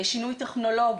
שינוי טכנולוגי,